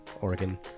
Oregon